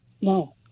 No